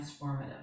transformative